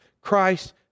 Christ